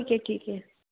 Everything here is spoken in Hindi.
ठीक है ठीक है